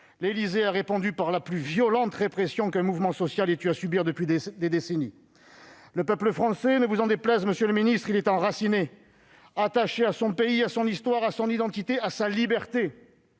l'Élysée a répondu par la plus violente répression qu'un mouvement social ait eue à subir depuis des décennies. Le peuple français, ne vous en déplaise, monsieur le ministre, est enraciné : il est attaché à son pays, à son histoire, à son identité, à sa liberté.